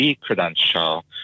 credential